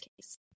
case